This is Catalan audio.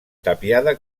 tapiada